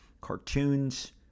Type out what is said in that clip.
cartoons